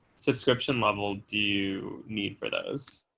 subscription level do you need for those